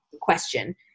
question